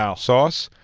um sauce,